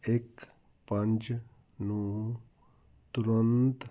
ਇੱਕ ਪੰਜ ਨੂੰ ਤੁਰੰਤ